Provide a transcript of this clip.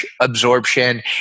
absorption